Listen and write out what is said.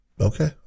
okay